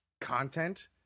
content